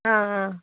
आं हां